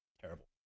terrible